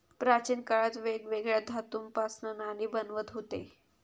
प्राचीन काळात वेगवेगळ्या धातूंपासना नाणी बनवत हुते